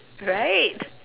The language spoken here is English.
right